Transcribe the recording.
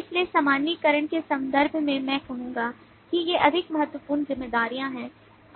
इसलिए सामान्यीकरण के संदर्भ में मैं कहूंगा कि ये अधिक महत्वपूर्ण जिम्मेदारियां हैं